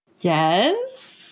Yes